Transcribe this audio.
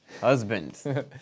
husband